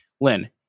Lynn